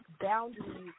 boundaries